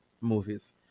movies